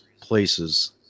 places